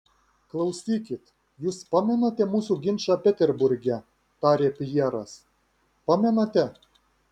klausykit jus pamenate mūsų ginčą peterburge tarė pjeras pamenate